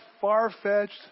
far-fetched